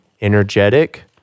energetic